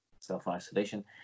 self-isolation